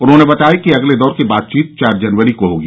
उन्होंने बताया कि अगले दौर की बातचीत चार जनवरी को होगी